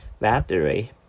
Battery